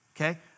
Okay